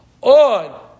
on